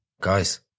Guys